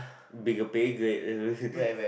bigger pay grade